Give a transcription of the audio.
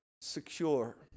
secure